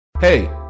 hey